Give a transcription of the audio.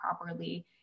properly